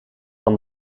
van